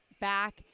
back